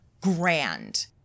grand